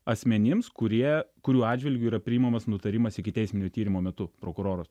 asmenims kurie kurių atžvilgiu yra priimamas nutarimas ikiteisminio tyrimo metu prokuroras